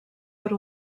per